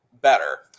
better